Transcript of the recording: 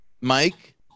mike